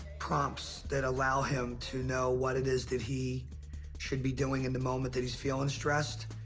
prompts that allow him to know what it is that he should be doing in the moment that he's feeling stressed.